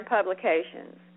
Publications